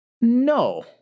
no